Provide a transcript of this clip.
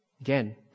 Again